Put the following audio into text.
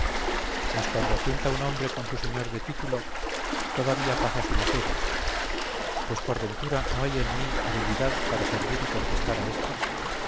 ya cuando asienta un hombre con un señor de título todavía pasa su laceria pues por ventura no hay en mi habilidad para servir y contestar a éstos